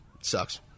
sucks